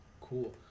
cool